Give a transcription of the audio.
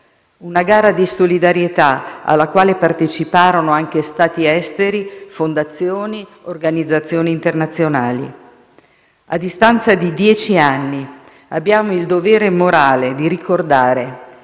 una gara di solidarietà, alla quale parteciparono anche Stati esteri, fondazioni, organizzazioni internazionali. A distanza di dieci anni abbiamo il dovere morale di ricordare